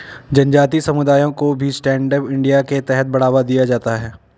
जनजाति समुदायों को भी स्टैण्ड अप इंडिया के तहत बढ़ावा दिया जाता है